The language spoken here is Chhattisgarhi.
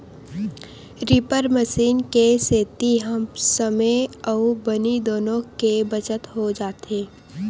रीपर मसीन के सेती समे अउ बनी दुनो के बचत हो जाथे